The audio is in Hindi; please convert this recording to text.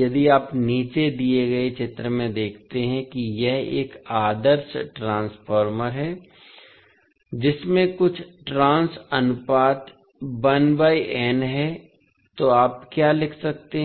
यदि आप नीचे दिए गए चित्र में देखते हैं कि यह एक आदर्श ट्रांसफार्मर है जिसमें कुछ ट्रांस अनुपात 1बाय n है तो आप क्या लिख सकते हैं